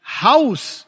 house